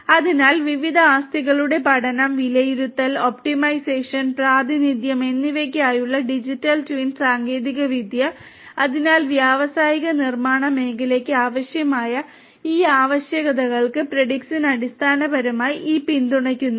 അതിനാൽ വിവിധ ആസ്തികളുടെ പഠനം വിലയിരുത്തൽ ഒപ്റ്റിമൈസേഷൻ പ്രാതിനിധ്യം എന്നിവയ്ക്കായുള്ള ഡിജിറ്റൽ ട്വിൻ സാങ്കേതികവിദ്യ അതിനാൽ വ്യാവസായിക നിർമ്മാണ മേഖലകൾക്ക് ആവശ്യമായ ഈ ആവശ്യകതകൾക്ക് പ്രെഡിക്സിന് അടിസ്ഥാനപരമായി ഈ പിന്തുണയുണ്ട്